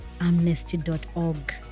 amnesty.org